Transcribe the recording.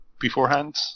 beforehand